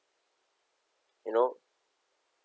you know